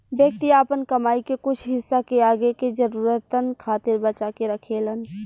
व्यक्ति आपन कमाई के कुछ हिस्सा के आगे के जरूरतन खातिर बचा के रखेलेन